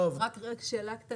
שאלה.